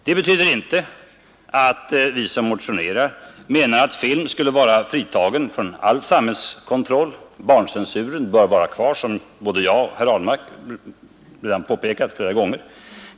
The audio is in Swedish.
Det betyder inte att vi som motionerar menar att film skulle vara fritagen från all samhällskontroll — barncensuren bör vara kvar, vilket både herr Ahlmark och jag påpekat flera gånger.